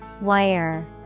Wire